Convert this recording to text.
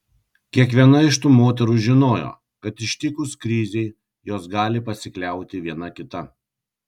kiekviena iš tų moterų žinojo kad ištikus krizei jos gali pasikliauti viena kita